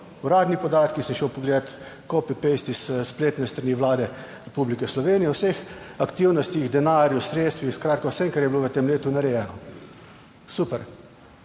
uradni podatki. Sem šel pogledat copypas spletne strani Vlade Republike Slovenije o vseh aktivnostih, denarju, sredstvih, skratka vsem, kar je bilo v tem letu narejeno. Super.